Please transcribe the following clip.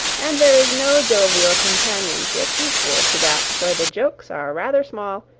and there is no jovial companionship equal to that where the jokes are rather small,